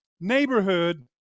neighborhood